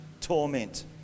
torment